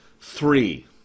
Three